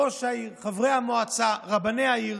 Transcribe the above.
את ראש העיר, חברי המועצה, רבני העיר,